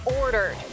Ordered